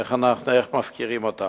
איך מפקירים אותנו?